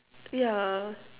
yeah